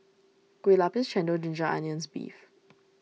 Kueh Lapis Chendol Ginger Onions Beef